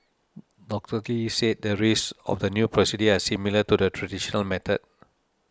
Doctor Lee said the risks of the new procedures are similar to the traditional method